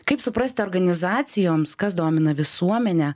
kaip suprasti organizacijoms kas domina visuomenę